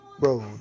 Road